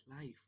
life